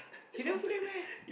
he never play meh